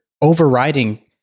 overriding